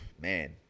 man